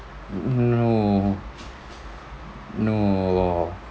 no no